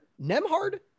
Nemhard